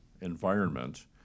environment